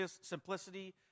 simplicity